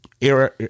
era